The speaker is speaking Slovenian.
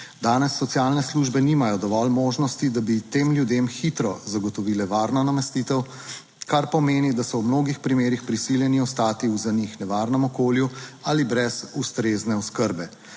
Danes socialne službe nimajo dovolj možnosti, da bi tem ljudem hitro zagotovile varno namestitev. kar pomeni, da so v mnogih primerih prisiljeni ostati v za njih nevarnem okolju ali brez ustrezne oskrbe.